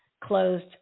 closed